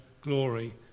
glory